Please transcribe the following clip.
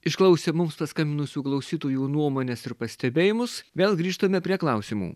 išklausę mums paskambinusių klausytojų nuomones ir pastebėjimus vėl grįžtame prie klausimų